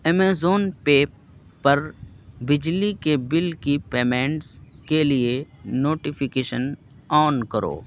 Amazon پے پر بجلی کے بل کی پیمنٹس کے لیے نوٹیفیکیشن آن کرو